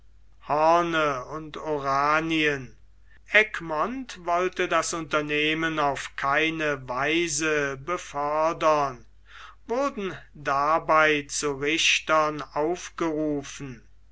hoorn und oranien egmont wollte das unternehmen auf keine weise befördern wurden dabei zu richtern aufgerufen